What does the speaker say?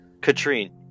Katrine